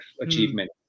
achievement